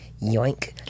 yoink